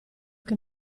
che